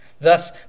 Thus